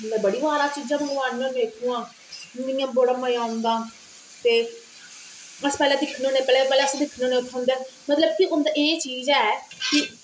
बड़ी बार अस चीजां मंगवाने होंदे इत्थुआं इयां बड़ा मजा औंदा ते अस पैहले दिक्खने होन्ने पैहले अस दिक्खने होन्ने मतलब कि उंदी एह् चीज ऐ